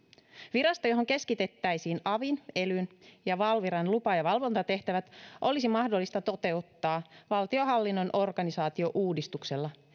virasto johon keskitettäisiin avin elyn ja valviran lupa ja valvontatehtävät olisi mahdollista toteuttaa valtionhallinnon organisaatiouudistuksella